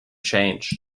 changed